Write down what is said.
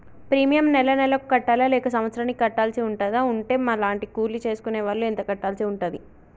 Premium నెల నెలకు కట్టాలా లేక సంవత్సరానికి కట్టాల్సి ఉంటదా? ఉంటే మా లాంటి కూలి చేసుకునే వాళ్లు ఎంత కట్టాల్సి ఉంటది?